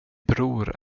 bror